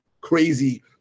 crazy